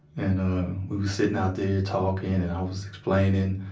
and we were sitting out there, talking, and i was explaining,